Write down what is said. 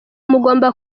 mugomba